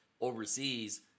overseas